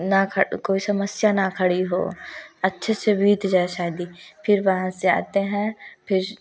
ना कोई समस्या ना खड़ी हो अच्छे से बीत जाए शादी फिर वहाँ से आते हैं फिर